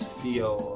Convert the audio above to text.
feel